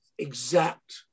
exact